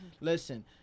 listen